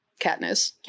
Katniss